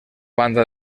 banda